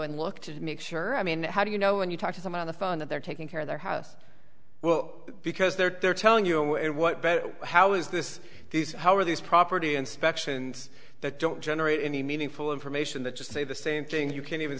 and look to make sure i mean how do you know when you talk to someone on the phone that they're taking care of their house well because they're there telling you and what better how is this these how are these property inspections that don't generate any meaningful information that just say the same thing you can't even